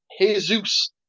Jesus